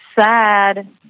sad